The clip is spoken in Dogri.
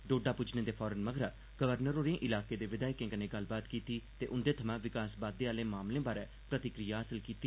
डोडा पुज्जने दे फौरन मगरा गवर्नर होरे इलाके दे विधायके कन्नै गल्लबात कीती ते उंदे थमां विकास बाद्दे आहले मामलें बारै प्रतिक्रिया हासल कीती